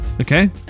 Okay